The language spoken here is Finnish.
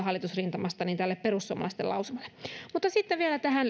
hallitus rintamasta huolimatta tälle perussuomalaisten lausumalle mutta sitten vielä tähän